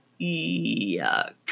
yuck